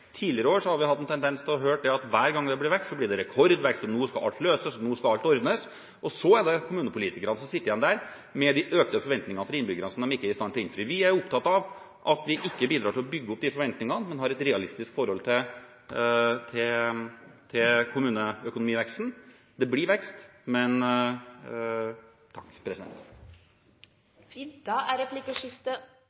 Tidligere år har vi fått høre at hver gang det ble vekst, ble det rekordvekst – nå skal alt løses, nå skal alt ordnes. Så er det kommunepolitikerne som sitter igjen med de økte forventningene fra innbyggerne som de ikke er i stand til å innfri. Vi er opptatt av at vi ikke bidrar til å bygge opp de forventningene, men har et realistisk forhold til kommuneøkonomiveksten. Det blir vekst.